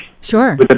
Sure